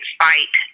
fight